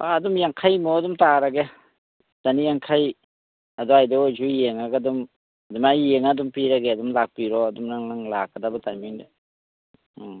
ꯑꯥ ꯑꯗꯨꯝ ꯌꯥꯡꯈꯩꯃꯨꯛ ꯑꯗꯨꯝ ꯇꯥꯔꯒꯦ ꯆꯅꯤꯌꯥꯡꯈꯩ ꯑꯗ꯭ꯋꯥꯏꯗ ꯑꯣꯏꯁꯨ ꯌꯦꯡꯉꯒ ꯑꯗꯨꯝ ꯑꯗꯨꯃꯥꯏꯅ ꯌꯦꯡꯉ ꯑꯗꯨꯝ ꯄꯤꯔꯒꯦ ꯑꯗꯨꯝ ꯂꯥꯛꯄꯤꯔꯣ ꯑꯗꯨꯝ ꯅꯪ ꯅꯪ ꯂꯥꯛꯀꯗꯕ ꯇꯥꯏꯃꯤꯡꯗ ꯎꯝ